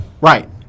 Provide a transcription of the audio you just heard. Right